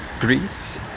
Greece